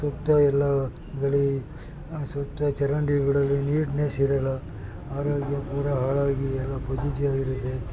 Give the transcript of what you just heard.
ಸುತ್ತ ಎಲ್ಲ ಗಲ್ಲಿ ಸುತ್ತ ಚರಂಡಿಗಳಲ್ಲಿ ನೀಟ್ನೆಸ್ ಇರಲ್ಲ ಮರ ಗಿಡ ಪೂರಾ ಹಾಳಾಗಿ ಎಲ್ಲ ಪಜೀತಿಯಾಗಿರುತ್ತೆ